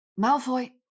Malfoy